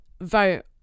vote